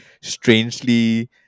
strangely